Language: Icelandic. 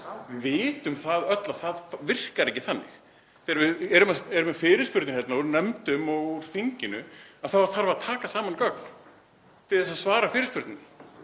Við vitum öll að það virkar ekki þannig. Þegar við erum með fyrirspurnir hérna úr nefndum og úr þinginu þá þarf að taka saman gögn til þess að svara fyrirspurninni